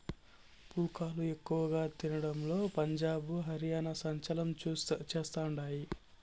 పుల్కాలు ఎక్కువ తినడంలో పంజాబ్, హర్యానా సంచలనం చేస్తండాయి